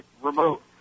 remote